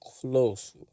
close